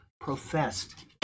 professed